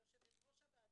יושבת ראש הוועדה,